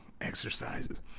exercises